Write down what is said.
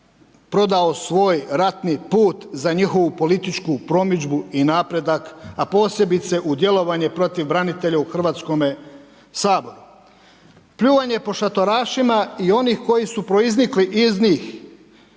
prodao svoj ratni put za njihovu političku promidžbu i napredak a posebice u djelovanje protiv branitelja u Hrvatskome saboru. Pljuvanje po šatorašima i onih koji su proiznikli iz njih